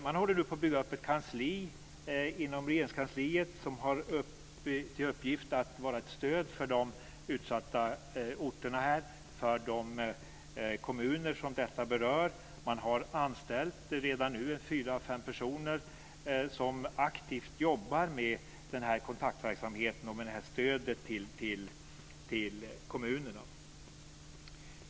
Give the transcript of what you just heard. Man håller nu på att bygga upp ett kansli inom Regeringskansliet som har till uppgift att vara ett stöd för de utsatta orterna och för de kommuner som detta berör. Man har redan nu anställt 4-5 personer som aktivt jobbar med den här kontaktverksamheten och det här stödet till kommunerna.